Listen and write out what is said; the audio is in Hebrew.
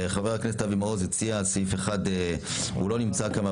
חבר הכנסת אבי מעוז הציע הסתייגות לסעיף 1. הוא לא נמצא כאן.